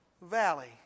Valley